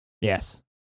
Yes